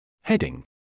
Heading